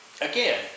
again